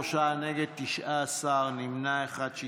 בעד, שלושה, נגד, 19, נמנע אחד.